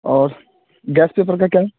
और guess paper का क्या है